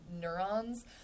neurons